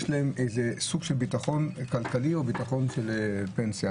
הדירה כסוג של ביטחון כלכלי, או ביטחון לפנסיה.